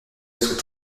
oiseaux